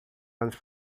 anos